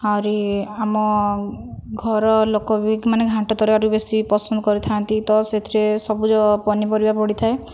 ଆହୁରି ଆମ ଘର ଲୋକ ବି ମାନେ ଘାଣ୍ଟ ତରକାରୀ ବେଶି ପସନ୍ଦ କରିଥାନ୍ତି ତ ସେଥିରେ ସବୁଜ ପନିପରିବା ପଡ଼ିଥାଏ